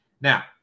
Now